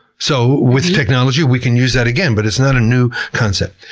so with technology we can use that again, but it's not a new concept.